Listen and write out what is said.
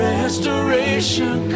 Restoration